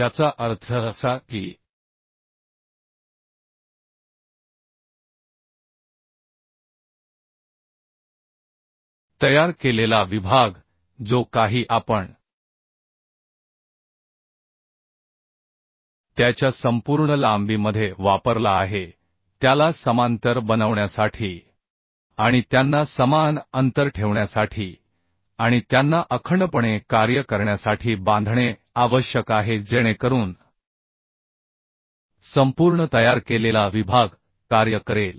याचा अर्थ असा की तयार केलेला विभाग जो काही आपण त्याच्या संपूर्ण लांबीमध्ये वापरला आहे त्याला समांतर बनवण्यासाठी आणि त्यांना समान अंतर ठेवण्यासाठी आणि त्यांना अखंडपणे कार्य करण्यासाठी बांधणे आवश्यक आहे जेणेकरून संपूर्ण तयार केलेला विभाग कार्य करेल